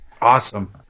awesome